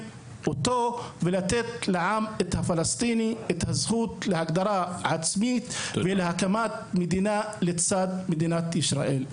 לתת לעם הפלסטיני את הזכות להגדרה עצמית ולהקמת מדינה לצד מדינת ישראל.